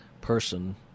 person